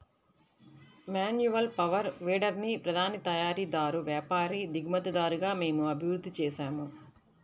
manual power వీడర్ని ప్రధాన తయారీదారు, వ్యాపారి, దిగుమతిదారుగా మేము అభివృద్ధి చేసాము